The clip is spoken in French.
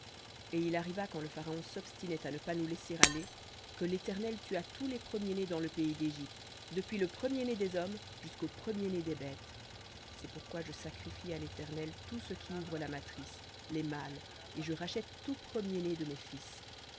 et il arriva quand le pharaon s'obstinait à ne pas nous laisser aller que l'éternel tua tous les premiers-nés dans le pays d'égypte depuis le premier-né des hommes jusqu'au premier-né des bêtes c'est pourquoi je sacrifie à l'éternel tout ce qui ouvre la matrice les mâles et je rachète tout premier-né de mes fils